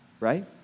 right